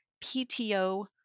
PTO